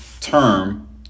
term